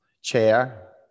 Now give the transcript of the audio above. chair